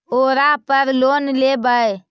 ओरापर लोन लेवै?